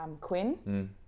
Quinn